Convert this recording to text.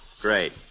Great